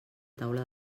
taula